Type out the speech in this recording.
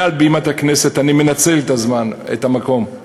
מעל בימת הכנסת אני מנצל את הזמן ואת המקום,